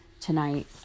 tonight